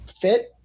fit